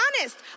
honest